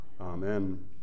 Amen